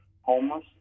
homeless